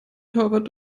torwart